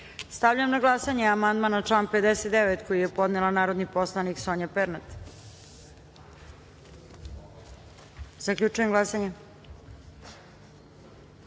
amandman. Stavljam na glasanje amandman na član 59. koji je podnela narodni poslanik Sonja Pernat. Zaključujem glasanje: